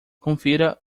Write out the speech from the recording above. confira